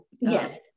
Yes